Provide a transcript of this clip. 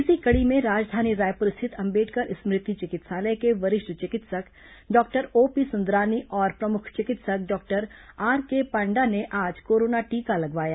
इसी कड़ी में राजधानी रायपुर स्थित अंबेडकर स्मृति चिकित्सालय के वरिष्ठ चिकित्सक डॉक्टर ओपी सुंदरानी और प्रमुख चिकित्सक डॉक्टर आरके पांडा ने आज कोरोना टीका लगवाया